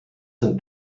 sind